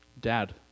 Dad